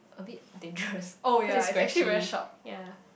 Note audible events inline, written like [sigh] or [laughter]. a bit dangerous [laughs] cause it's scratchy ya